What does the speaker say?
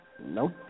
Nope